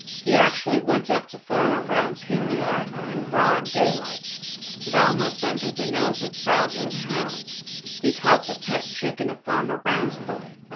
he actually went up to farmer brown's henyard in broad daylight, and almost under the nose of bowser the hound he caught the pet chicken of farmer brown's boy.